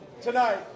tonight